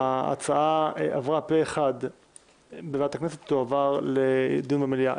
ההצעה עברה פה אחד ותועבר לדיון במליאה.